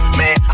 man